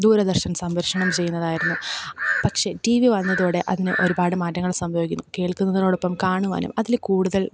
ദൂരദർശൻ സംപ്രേക്ഷണം ചെയ്യുന്നതായിരുന്നു പക്ഷേ ടീ വി വന്നതോടെ അതിന് ഒരുപാട് മാറ്റങ്ങൾ സംഭവിക്കുന്നു കേൾക്കുന്നതിനോടൊപ്പം കാണുവാനും അതിൽ കൂടുതൽ